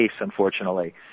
unfortunately